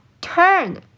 turn